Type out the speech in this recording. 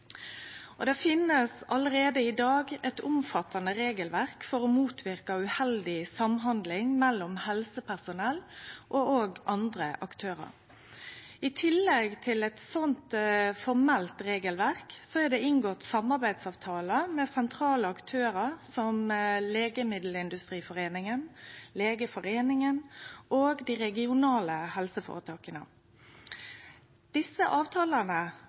og andre aktørar. I tillegg til eit slikt formelt regelverk er det inngått samarbeidsavtalar mellom sentrale aktørar som Legemiddelindustriforeningen, LMI, Legeforeningen og dei regionale helseføretaka. Desse avtalane